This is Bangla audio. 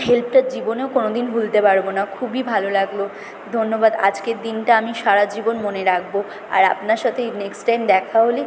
হেল্পটা জীবনেও কোনো দিন ভুলতে পারব না খুবই ভালো লাগল ধন্যবাদ আজকের দিনটা আমি সারাজীবন মনে রাখব আর আপনার সাথে নেক্সট টাইম দেখা হলে